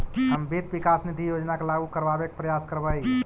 हम वित्त विकास निधि योजना के लागू करबाबे के प्रयास करबई